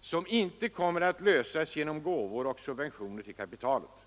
som inte kommer att lösas genom gåvor och subventioner till kapitalet.